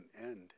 end